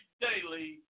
daily